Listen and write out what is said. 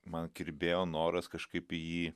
man kirbėjo noras kažkaip į jį